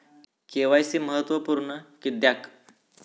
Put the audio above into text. KYC महत्त्वपुर्ण किद्याक?